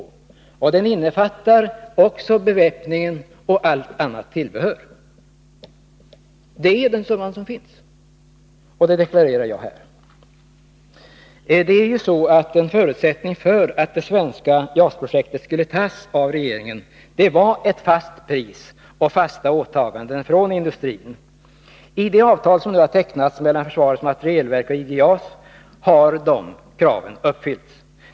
Den kostnaden innefattar beväpningen och allt annat tillbehör. Det är den summan som har angivits, och det deklarerar jag alltså här. En förutsättning för att det svenska JAS-projektet skulle godtas av regeringen var ett fast pris och fasta åtaganden från industrin. I det avtal som nu har tecknats mellan försvarets materielverk och IG JAS har de kraven uppfyllts.